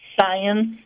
science